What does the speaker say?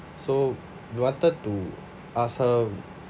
so we wanted to ask her